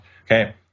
okay